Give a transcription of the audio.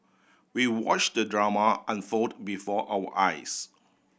we watch the drama unfold before our eyes